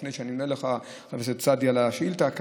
לפני המענה על השאילתה שלך,